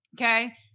Okay